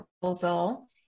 proposal